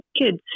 kids